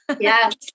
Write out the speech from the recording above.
Yes